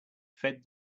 fed